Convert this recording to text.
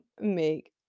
make